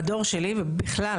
במדור שלי ובכלל,